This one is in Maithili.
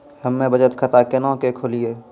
हम्मे बचत खाता केना के खोलियै?